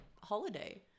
holiday